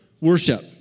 worship